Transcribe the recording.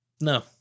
No